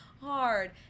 hard